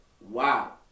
Wow